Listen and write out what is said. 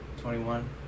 twenty-one